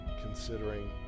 considering